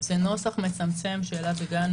זה נוסח מצמצם שאליו הגענו.